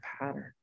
pattern